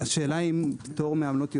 השאלה אם פטור מעמלות יופיע.